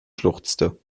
schluchzte